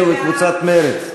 חברי הכנסת אביגדור ליברמן,